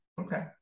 Okay